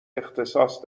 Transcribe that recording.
اختصاص